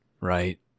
right